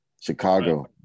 Chicago